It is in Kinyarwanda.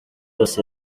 yose